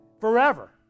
Forever